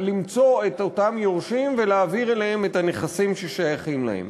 למצוא את אותם יורשים ולהעביר אליהם את הנכסים ששייכים להם.